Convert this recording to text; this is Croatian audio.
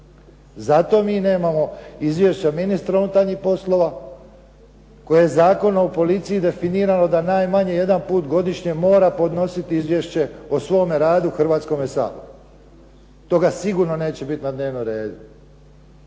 Zato mi nemamo izvješća ministra unutarnjih poslova koje je Zakonom o policiji definirano da najmanje jedan put godišnje mora podnositi izvješće o svome radu Hrvatskome saboru. Toga sigurno neće biti na dnevnom redu